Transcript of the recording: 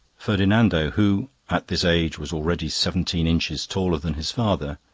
ferdinando, who at this age was already seventeen inches taller than his father,